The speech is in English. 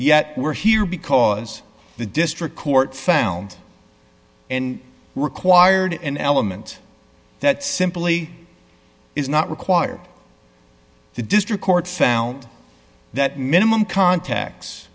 yet we're here because the district court found required an element that simply is not required the district court found that minimum contacts